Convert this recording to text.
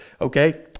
okay